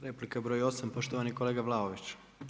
Replika broj 8. poštovani kolega Vlaović.